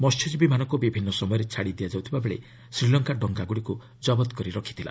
ମସ୍ୟଜୀବୀମାନଙ୍କୁ ବିଭିନ୍ନ ସମୟରେ ଛାଡ଼ି ଦିଆଯାଉଥିବାବେଳେ ଶ୍ରୀଲଙ୍କା ଡଙ୍ଗାଗୁଡ଼ିକୁ ଜବତ କରି ରଖିଥିଲା